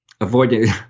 avoiding